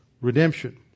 redemption